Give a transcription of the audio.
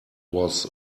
was